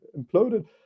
imploded